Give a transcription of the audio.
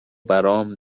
برام